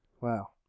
Wow